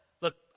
Look